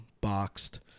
boxed